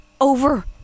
over